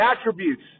attributes